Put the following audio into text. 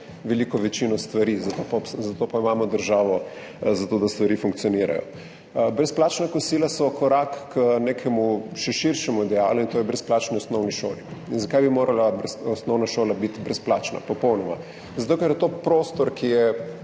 veliko večino stvari, zato pa imamo državo za to, da stvari funkcionirajo. Brezplačna kosila so korak k nekemu širšemu idealu, in to je brezplačni osnovni šoli. In zakaj bi morala osnovna šola biti popolnoma brezplačna? Zato ker je to prostor, ki je